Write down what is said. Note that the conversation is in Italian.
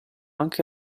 anche